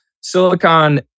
Silicon